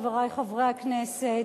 חברי חברי הכנסת,